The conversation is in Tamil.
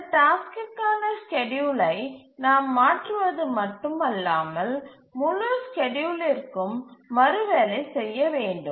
அந்த டாஸ்க்கிற்கான ஸ்கேட்யூலை நாம் மாற்றுவது மட்டும் அல்லாமல் முழு ஸ்கேட்யூலிற்கும் மறுவேலை செய்ய வேண்டும்